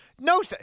no